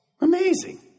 Amazing